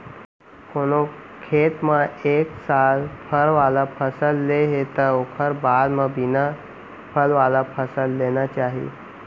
कोनो खेत म एक साल फर वाला फसल ले हे त ओखर बाद म बिना फल वाला फसल लेना चाही